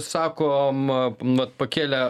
sakom vat pakėlė